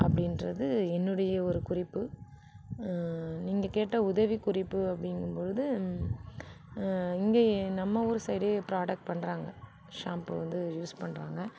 அப்படின்றது என்னுடைய ஒரு குறிப்பு நீங்கள் கேட்ட உதவி குறிப்பு அப்படிங்கும் பொழுது இங்கே நம்ம ஊரு சைடே ப்ராடக்ட் பண்ணுறாங்க ஷாம்பு வந்து யூஸ் பண்ணுறாங்க